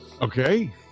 Okay